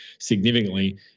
significantly